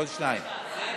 עוד שניים.